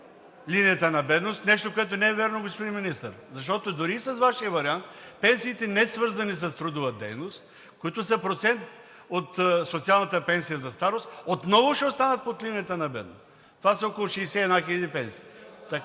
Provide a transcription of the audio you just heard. линията на бедност, нещо, което не е вярно, господин Министър, защото дори и с Вашия вариант пенсиите, несвързани с трудова дейност, които са процент от социалната пенсия за старост, отново ще останат под линията на бедност – това са около 61 хиляди пенсии,